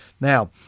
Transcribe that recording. Now